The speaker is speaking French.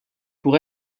pour